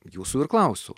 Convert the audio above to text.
jūsų ir klausiu